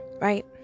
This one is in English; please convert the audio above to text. right